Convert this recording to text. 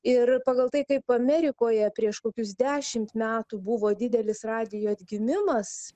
ir pagal tai kaip amerikoje prieš kokius dešimt metų buvo didelis radijo atgimimas